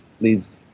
leaves